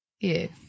Yes